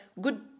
good